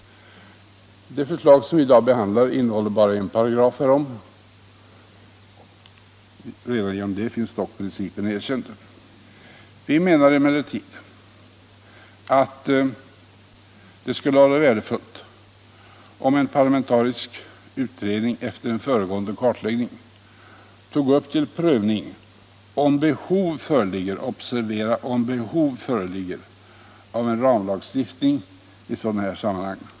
Det förslag som vi i dag behandlar innehåller bara en paragraf härom — redan genom det finns dock principen erkänd. Vi menar emellertid att det skulle vara värdefullt om en parlamentarisk utredning efter en föregående kartläggning tog upp till prövning om behov föreligger — observera: om behov föreligger — av en ramlagstiftning i sådana här sammanhang.